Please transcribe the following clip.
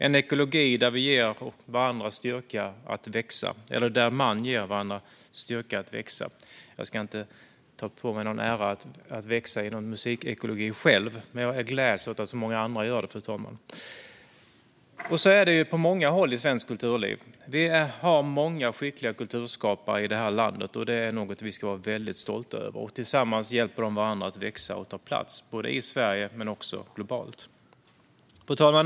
Det är en ekologi där vi, eller snarare man, ger varandra styrka att växa. Jag ska inte ta på mig någon ära att växa inom musikekologi själv, men jag gläds åt att så många andra gör det. Så är det på många håll inom svenskt kulturliv. Vi har många skickliga kulturskapare i detta land, och det är något vi ska vara väldigt stolta över. Tillsammans hjälper de varandra att växa och ta plats, både i Sverige och globalt. Fru talman!